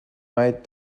white